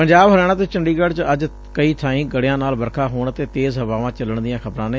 ਪੰਜਾਬ ਹਰਿਆਣਾ ਅਤੇ ਚੰਡੀਗੜ੍ਹ ਚ ਅੱਜ ਕਈ ਬਾਈ ਗੜ੍ਹਿਆਂ ਨਾਲ ਵਰਖਾ ਹੋਣ ਅਤੇ ਤੇਜ਼ ਹਵਾਵਾਂ ਚਲਣ ਦੀਆਂ ਖ਼ਬਰਾਂ ਨੇ